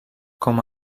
com